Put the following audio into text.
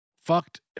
Fucked